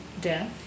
death